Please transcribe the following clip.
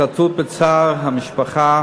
השתתפות בצער המשפחה